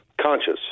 conscious